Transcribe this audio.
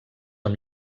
amb